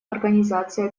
организации